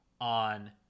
on